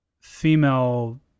female